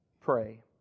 pray